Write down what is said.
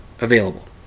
available